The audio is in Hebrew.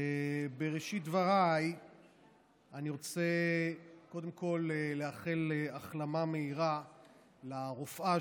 בראשית דבריי אני רוצה קודם כול לאחל החלמה מהירה לרופאה